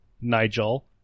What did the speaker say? Nigel